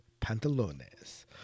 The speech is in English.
pantalones